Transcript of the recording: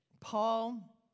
Paul